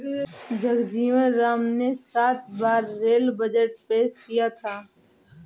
जगजीवन राम ने सात बार रेल बजट पेश किया था